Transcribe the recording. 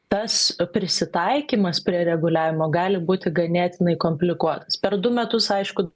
tas prisitaikymas prie reguliavimo gali būti ganėtinai komplikuotas per du metus aišku